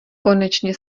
konečně